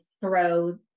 throw